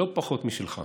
לא פחות משלך,